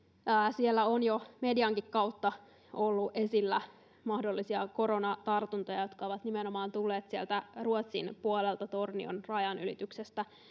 siellä on jo mediankin kautta ollut esillä mahdollisia koronatartuntoja jotka ovat nimenomaan tulleet sieltä ruotsin puolelta tornion rajanylityksestä